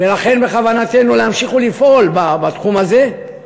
לכן בכוונתנו להמשיך ולפעול בתחום הזה.